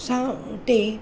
सां हुते